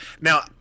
Now